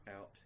out